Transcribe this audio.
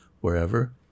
wherever